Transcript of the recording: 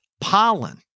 pollen